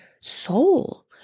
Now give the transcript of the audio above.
soul